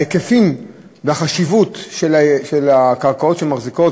ההיקפים והחשיבות של הקרקעות שמחזיקות